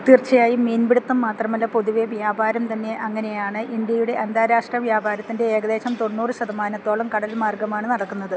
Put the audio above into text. തീർച്ച ആയും മീൻപിടുത്തം മാത്രമല്ല പൊതുവേ വ്യാപാരം തന്നെ അങ്ങനെയാണ് ഇന്ത്യയുടെ അന്താരാഷ്ട്ര വ്യാപാരത്തിൻ്റെ ഏകദേശം തൊണ്ണൂറ് ശതമാനത്തോളം കടൽമാർഗമാണ് നടക്കുന്നത്